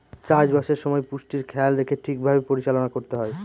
চাষবাসের সময় পুষ্টির খেয়াল রেখে ঠিক ভাবে পরিচালনা করতে হয়